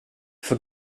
för